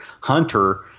hunter